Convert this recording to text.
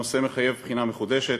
הנושא מחייב בחינה מחודשת.